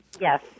Yes